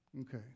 Okay